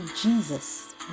Jesus